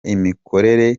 imikorere